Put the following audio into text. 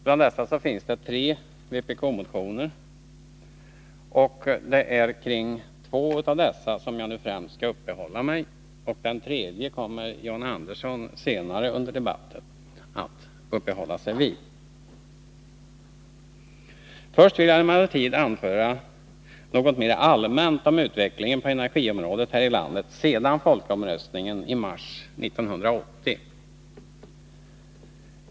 Bland dessa finns tre vpk-motioner, och det är kring två av dessa som jag nu främst skall uppehålla mig. Den tredje kommer John Andersson senare under debatten att uppehålla sig vid. Först vill jag emellertid anföra något mera allmänt om utvecklingen på energiområdet här i landet sedan folkomröstningen i mars 1980.